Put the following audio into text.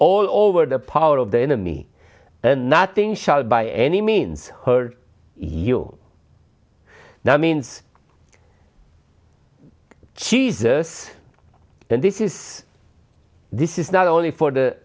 all over the power of the enemy and nothing shall by any means hurt you now means jesus and this is this is not only for the